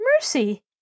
mercy